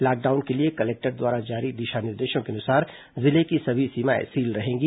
lockdown के लिए collector द्वारा जारी दिशा निर्देशों के अनुसार जिले की सभी सीमाएं सील रहेंगी